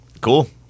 Cool